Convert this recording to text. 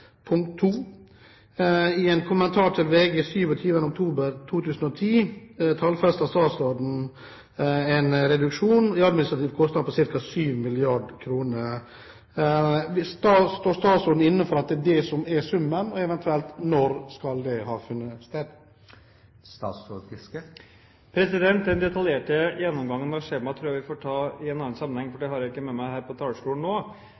I en kommentar til VG 27. oktober 2010 tallfester statsråden en reduksjon i administrative kostnader på ca. 7 mrd. kr. Står statsråden inne for at det er det som er summen, og, eventuelt, når skal dette finne sted? Den detaljerte gjenomgangen av skjema tror jeg vi får ta i en annen sammenheng, for det har jeg ikke med meg her på talerstolen nå.